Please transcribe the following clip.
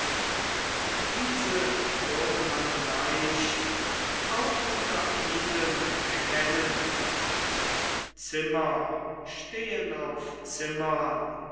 diese würde man leicht auch unter vielen erkennen zimmer stehen auf zimmern